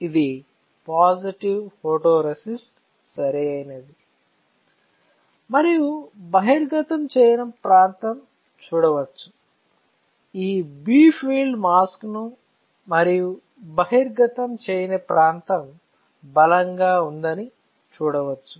ఇది positive photoresist సరైనది మరియు బహిర్గతం చేయని ప్రాంతం చూడవచ్చు ఈ బి ఫీల్డ్ మాస్క్ను మరియు బహిర్గతం చేయని ప్రాంతం బలంగా ఉందని చూడవచ్చు